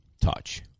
touch